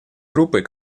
группой